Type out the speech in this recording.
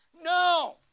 No